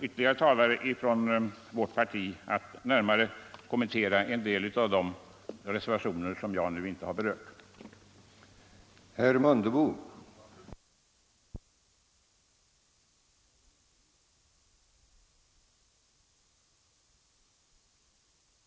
Ytterligare talare från vårt parti kommer senare att mera utförligt kommentera en del av de reservationer som jag här inte har berört.